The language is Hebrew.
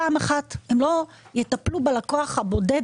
פעם אחת הם לא יטפלו בלקוח הבודד,